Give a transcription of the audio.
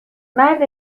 مرد